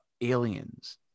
aliens